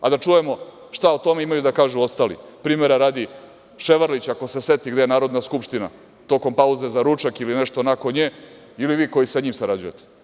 A da čujemo šta o tome imaju da kažu ostali, primera radi Ševarlić ako se seti gde je Narodna skupština tokom pauze za ručak ili nešto nakon nje, ili vi koji sa njim sarađujete.